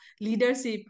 leadership